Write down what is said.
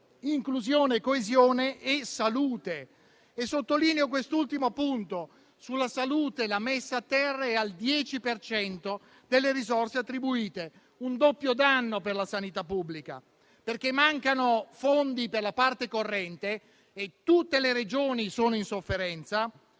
inclusione e coesione e salute. Sottolineo quest'ultimo punto sulla salute, con la messa a terra del 10 per cento delle risorse attribuite: un doppio danno per la sanità pubblica, perché mancano fondi per la parte corrente e tutte le Regioni sono in sofferenza.